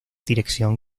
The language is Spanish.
dirección